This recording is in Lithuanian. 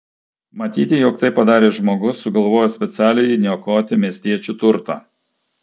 matyti jog tai padarė žmogus sugalvojęs specialiai niokoti miestiečių turtą